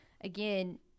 again